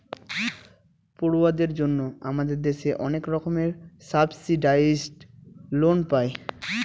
পড়ুয়াদের জন্য আমাদের দেশে অনেক রকমের সাবসিডাইসড লোন পায়